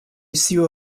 issue